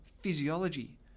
physiology